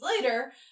later